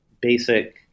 basic